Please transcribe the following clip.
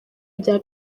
rya